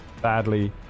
badly